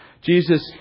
Jesus